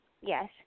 Yes